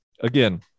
again